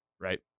Right